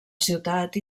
ciutat